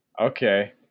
Okay